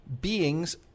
beings